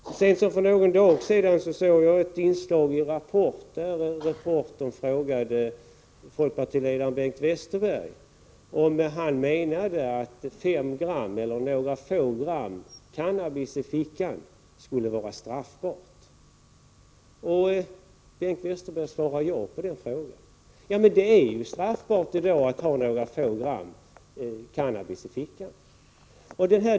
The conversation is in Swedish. Så sent som för någon dag sedan såg jag ett inslag i Rapport, där reportern frågade folkpartiledaren Bengt Westerberg om han menade att några få gram cannabis i fickan skulle vara straffbart, och Bengt Westerberg svarade ja på den frågan. Ja, men det är ju straffbart i dag att ha några få gram cannabis i fickan!